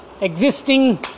existing